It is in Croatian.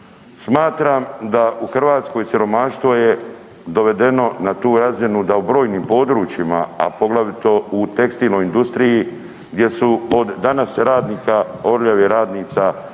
Smatram da u Hrvatskoj siromaštvo je dovedeno na tu razinu da u brojnim područjima, a poglavito u tekstilnoj industriji gdje su od danas radnika Orljave radnica